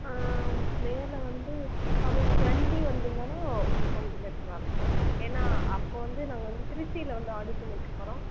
நேரில் வந்து coming twenty வந்திங்கன்னா கொஞ்சம் பெட்டராக இருக்கும் ஏன்னா அப்போ வந்து நாங்கள் வந்து திருச்சியில் வந்து ஆடிஷன் வைக்க போகறோம்